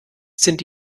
sind